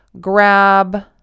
grab